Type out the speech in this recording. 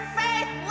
faith